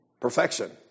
perfection